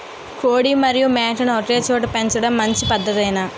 కోడి మరియు మేక ను ఒకేచోట పెంచడం మంచి పద్ధతేనా?